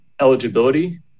eligibility